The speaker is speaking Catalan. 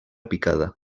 picada